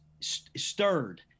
stirred